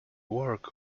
work